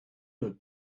look